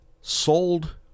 sold